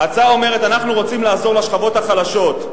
ההצעה אומרת: אנחנו רוצים לעזור לשכבות החלשות,